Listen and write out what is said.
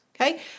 okay